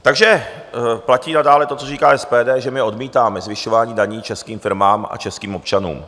Takže platí nadále to, co říká SPD, že my odmítáme zvyšování daní českým firmám a českým občanům.